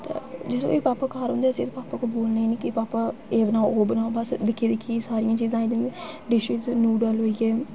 ते जिसलै बी भापा घर होंदे ते अस भापा गी बोलने निं कि भापा एह् बनाओ ओह् बनाओ बस दिक्खी दिक्खी सारियां चीजां जानि कि डिशें च नूडल होई गे